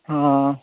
ହଁ